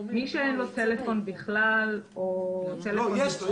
למי שאין טלפון בכלל או --- יש לו.